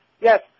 Yes